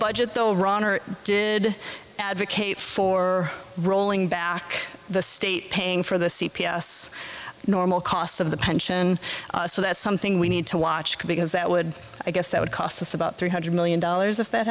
budget the runner did advocate for rolling back the state paying for the c p s normal costs of the pension and so that's something we need to watch because that would i guess that would cost us about three hundred million dollars if that